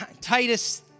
Titus